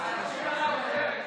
אפשר לעבור להצבעה?